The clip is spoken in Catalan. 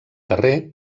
carrer